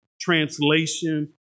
translation